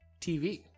TV